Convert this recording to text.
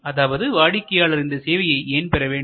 அதாவது வாடிக்கையாளர் இந்த சேவையை ஏன் பெற வேண்டும்